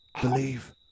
Believe